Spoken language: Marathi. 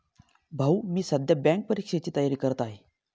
भाऊ मी सध्या बँक परीक्षेची तयारी करत आहे